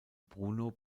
bruno